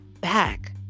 back